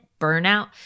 burnout